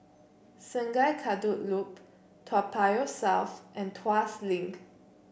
Sungei Kadut Loop Toa Payoh South and Tuas Link